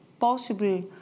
possible